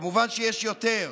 כמובן שיש יותר: